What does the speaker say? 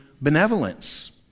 benevolence